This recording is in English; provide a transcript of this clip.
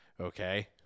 Okay